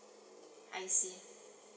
I see